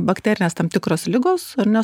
bakterinės tam tikros ligos ar ne